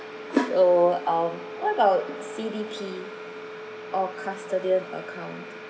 so um what about C_D_P or custodian account